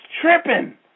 tripping